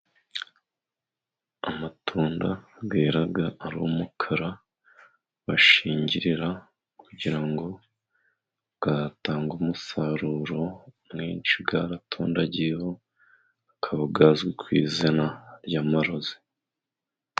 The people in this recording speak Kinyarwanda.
Amatunda yera ari umukara bashingirira kugira ngo atange umusaruro mwinshi yaratondagiyeho akaba azwi ku izina ry'amarozi.